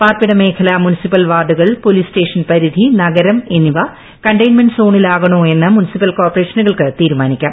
പാർപ്പിട മേഖല മുനിസിപ്പൽ വാർഡുകൾ പൊലിസ് സ്റ്റേഷൻ പരിധി നഗരം എന്നിവ ് കണ്ടെയിൻമെന്റ് സോണിലാകണോ എന്ന് മുൻസിപ്പൽ കോർപ്പറേഷനുകൾക്ക് തീരുമാനിക്കാം